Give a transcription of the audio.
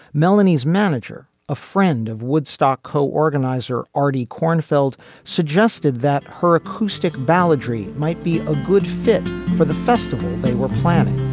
melanie's manager a friend of woodstock co organizer artie cornfield suggested that her acoustic balaji might be a good fit for the festival they were planning.